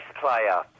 player